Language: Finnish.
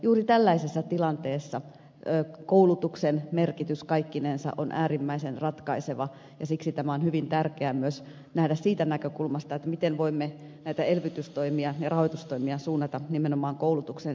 juuri tällaisessa tilanteessa koulutuksen merkitys kaikkinensa on äärimmäisen ratkaiseva ja siksi tämä on hyvin tärkeä myös nähdä siitä näkökulmasta miten voimme näitä elvytystoimia ja rahoitustoimia suunnata nimenomaan koulutuksen sektorille